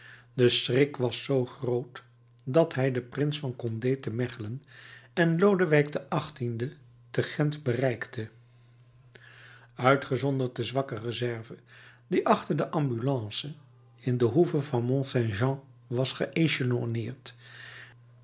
de schrik was zoo groot dat hij den prins van condé te mechelen en lodewijk xviii te gend bereikte uitgezonderd de zwakke reserve die achter de ambulance in de hoeve van mont saint jean was